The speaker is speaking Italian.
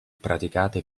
praticate